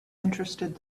interested